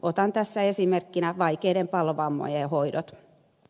otan tässä esimerkkinä vaikeiden palovammojen hoidot